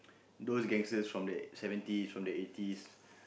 those gangsters from the seventies from the eighties